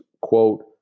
quote